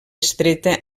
estreta